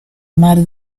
mar